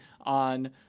on